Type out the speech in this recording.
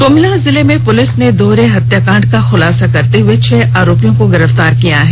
ग्मला जिले की पुलिस ने दोहरे हत्याकांड का खूलासा करते हुए छह आरोपियों को गिरफ्तार कर लिया है